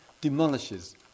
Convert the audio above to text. demolishes